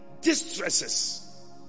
distresses